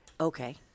Okay